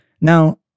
Now